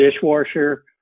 dishwasher